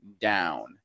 down